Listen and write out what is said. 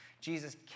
Jesus